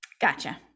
Gotcha